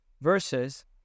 Versus